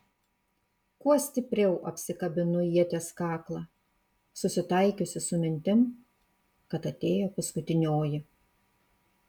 kuo stipriau apsikabinu ieties kaklą susitaikiusi su mintim kad atėjo paskutinioji